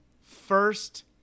First